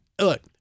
look